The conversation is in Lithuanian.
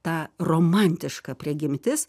ta romantiška prigimtis